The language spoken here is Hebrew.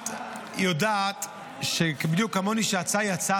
את יודעת בדיוק כמוני שההצעה היא הצעה